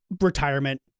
retirement